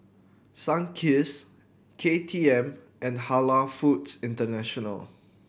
Sunkist K T M and Halal Foods International